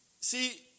See